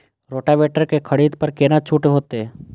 Rotavator के खरीद पर केतना छूट होते?